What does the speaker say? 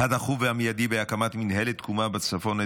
הדחוף והמיידי בהקמת מינהלת תקומה בצפון.